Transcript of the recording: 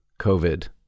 COVID